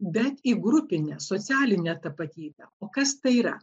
bet į grupinę socialinę tapatybę o kas tai yra